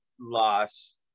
loss